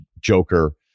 Joker